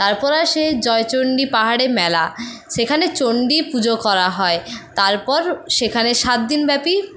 তারপর আসে জয়চণ্ডী পাহাড়ে মেলা সেখানে চণ্ডীপুজো করা হয় তারপর সেখানে সাত দিন ব্যাপী